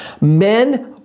men